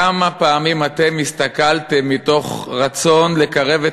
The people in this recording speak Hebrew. כמה פעמים אתם הסתכלתם מתוך רצון לקרב את